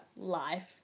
life